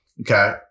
Okay